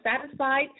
satisfied